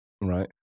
right